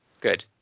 Good